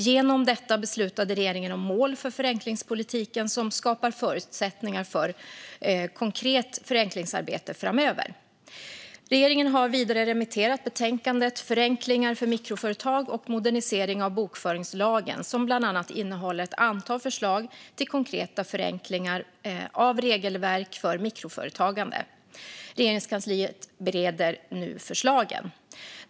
Genom detta beslutade regeringen om mål för förenklingspolitiken som skapar förutsättningar för ett konkret förenklingsarbete framöver. Regeringen har vidare remitterat betänkandet Förenklingar för mikroföretag och modernisering av bokföringslagen , som bland annat innehåller ett antal förslag till konkreta förenklingar av regelverk för mikroföretagande. Regeringskansliet bereder nu förslagen.